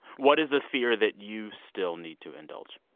what is a fear that you still need to indulge?